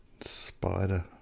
Spider